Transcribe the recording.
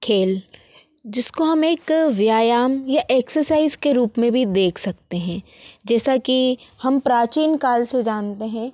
खेल जिसको हम एक व्यायाम या एक्सरसाइज़ के रूप में भी देख सकते हैं जैसा कि हम प्राचीन काल से जानते हैं